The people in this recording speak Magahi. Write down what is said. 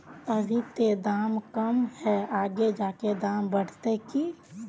अभी ते दाम कम है आगे जाके दाम बढ़ते की?